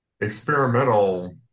experimental